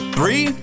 Three